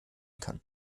kann